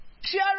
share